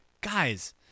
guys